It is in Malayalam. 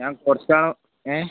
ഞാൻ കൊറച്ച് ആ ഏഹ്